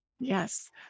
Yes